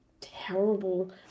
terrible